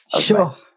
Sure